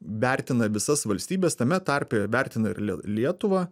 vertina visas valstybes tame tarpe vertina ir lietuvą